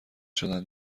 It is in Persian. شدن